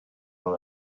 dans